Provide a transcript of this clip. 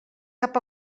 cap